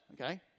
okay